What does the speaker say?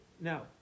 Now